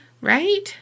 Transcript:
Right